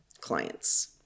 clients